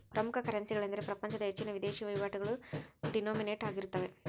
ಪ್ರಮುಖ ಕರೆನ್ಸಿಗಳೆಂದರೆ ಪ್ರಪಂಚದ ಹೆಚ್ಚಿನ ವಿದೇಶಿ ವಹಿವಾಟುಗಳು ಡಿನೋಮಿನೇಟ್ ಆಗಿರುತ್ತವೆ